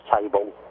table